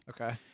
Okay